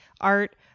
art